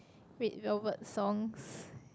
red velvet songs